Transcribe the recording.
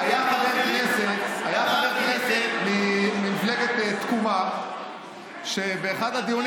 היה חבר כנסת ממפלגת תקומה שבאחד הדיונים